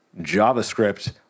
JavaScript